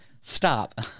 stop